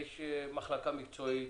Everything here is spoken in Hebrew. יש מחלקה מקצועית